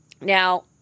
now